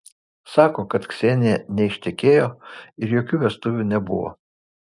sako kad ksenija neištekėjo ir jokių vestuvių nebuvo